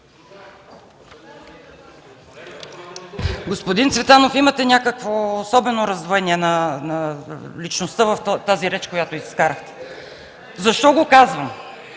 Господин Цветанов, имате някакво особено раздвоение на личността в речта, която направихте. Защо го казвам?